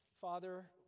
father